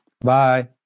Bye